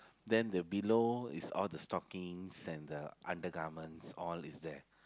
then the below is all the stockings and the undergarments all is there